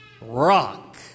rock